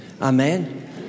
Amen